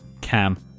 Cam